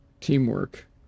teamwork